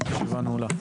הישיבה נעולה.